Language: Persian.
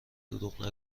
دروغ